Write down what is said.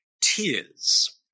tears